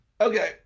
Okay